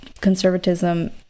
conservatism